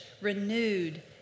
renewed